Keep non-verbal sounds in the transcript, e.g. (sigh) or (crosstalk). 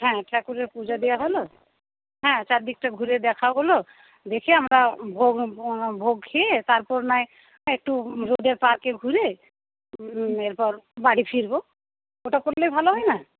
হ্যাঁ ঠাকুরের পূজা দেওয়া হলো হ্যাঁ চারদিকটা ঘুরে দেখা হলো দেখে আমরা ভোগ ভোগ খেয়ে তারপর না হয় একটু (unintelligible) পার্কে ঘুরে এরপর বাড়ি ফিরবো ওটা করলেই ভালো হয় না